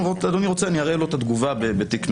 אם אדוני רוצה, אני אראה לו את התגובה בתיק מסוים.